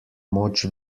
moč